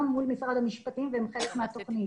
מול משרד המשפטים והן חלק מהתוכנית.